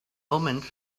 omens